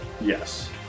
Yes